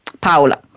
Paula